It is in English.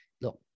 look